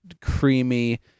creamy